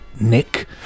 Nick